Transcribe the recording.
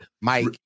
Mike